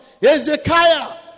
Ezekiah